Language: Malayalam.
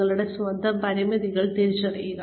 നിങ്ങളുടെ സ്വന്തം പരിമിതികൾ തിരിച്ചറിയുക